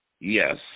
Yes